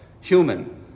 human